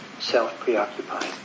self-preoccupied